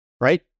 right